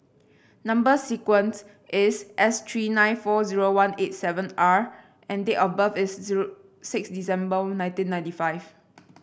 number sequence is S three nine four zero one eight seven R and date of birth is zero six December nineteen ninety five